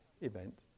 event